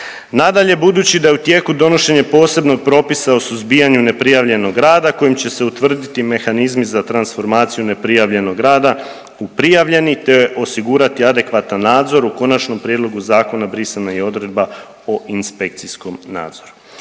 Nadalje, budući da je u tijeku donošenje posebnog propisa o suzbijanju neprijavljenog rada kojim će se utvrditi mehanizmi za transformaciju neprijavljenog rada u prijavljeni, te osigurati adekvatan nadzor. U konačnom prijedlogu zakona brisana je i odredba o inspekcijskom nadzoru.